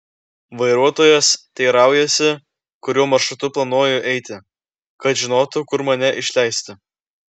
vairuotojas teiraujasi kuriuo maršrutu planuoju eiti kad žinotų kur mane išleisti